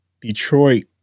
Detroit